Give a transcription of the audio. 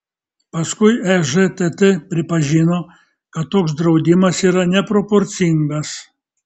paskui ežtt pripažino kad toks draudimas yra neproporcingas